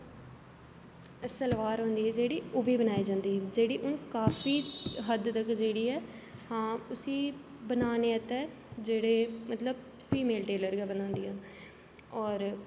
सलवार होंदी ही जेह्ड़ी ओह् बी बनाई जंदी ही जेह्ड़ी हून काफी हद्द तक्कर जेह्ड़ी ऐ हां उसी बनाने आस्तै जेह्डे़ मतलब फीमेल टेलर गै बनांदियां होर